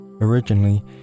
Originally